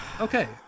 Okay